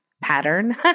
pattern